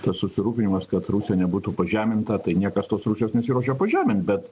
tas susirūpinimas kad rusija nebūtų pažeminta tai niekas tos rusijos nesiruošia pažemint bet